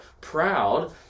proud